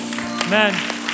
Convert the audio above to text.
Amen